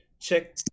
Check